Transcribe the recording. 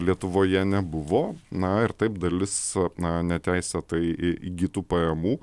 lietuvoje nebuvo na ir taip dalis na neteisėtai įgytų pajamų